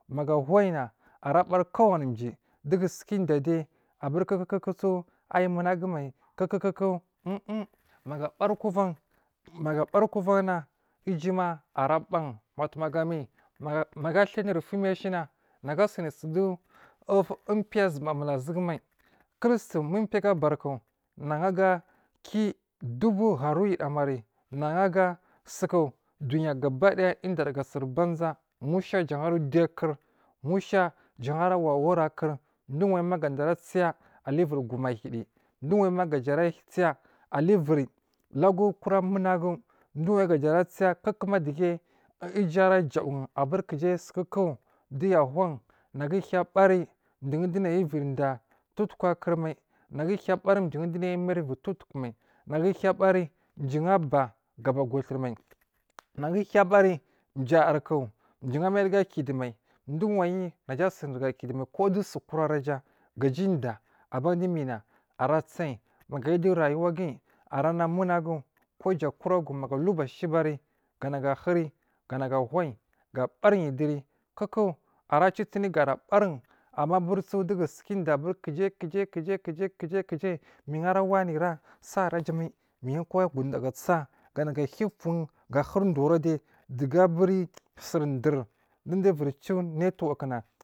Maga ahuyina ara barin kowani jiyi dugu suka diyya de aburi kokoku ayi munagu mai kuku kuku um um maga abari kovan maga abari kovan na uju ma ara barin ma tumagami magu atiya unuri fumiya ashiya nagu usuni sudu umpi azuba mul azugu mai kullusu ma umpiyagu abariku nagu a ga kiyi dubu harowo yudaw mari nagu ha suku duya gabadaya udiyyari ga suri bariza musha jan ara duyi arkur musha jan ara wawara akur duwayi ma gada ara tsaya alufiri gu mahidiyi duwayuma ga duwo ara tsaya aluviri lagu ri kura munagu duwai ga ja ara tsaya kukomadige uju ara jawo, un aburi ku jai sukuku duya ahun nagu ahiya bari dun dunai uvirida towotuku akur mai nagu a hiya bari dowo dunai u mairuvu dowo tukumai, nagu ahiya bari du, un bag aba gu turi mai nagu ahiya bari jayar ku jun a mai aruga kidowo mai dowo mai naja asuni ruga kidu mai kodowo su kura araja gaja udiya aban du mina ara tsayi maga ayu dowo ra yuwaguyi araha munagu kuja kura guwo maga aluba shiyibari ganagu ahuri ganagu ahuyi ga bariyi duri kuku ara citiri ga barin duri amma aburi su dagusukadiyya kujai kujai kujai kujai minra wanera sa araja mai miyi a kwa guda ga tsa ganagu ahiya ufun ga huri dowo ra diyi dowo gaburi sur dur duwo duwo uvir ciwo nertwork na.